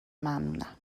ممنونم